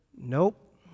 Nope